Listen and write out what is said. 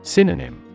Synonym